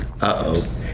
Uh-oh